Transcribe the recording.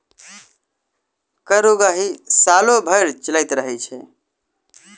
कर उगाही सालो भरि चलैत रहैत छै